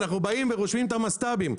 אנחנו באים ורושמים את המסט"בים,